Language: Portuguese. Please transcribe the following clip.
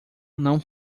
não